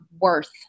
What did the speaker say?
worth